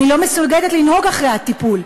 אני לא מסוגלת לנהוג אחרי הטיפול.